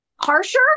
harsher